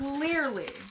Clearly